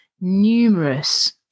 numerous